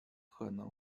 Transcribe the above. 可能